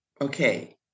okay